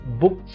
book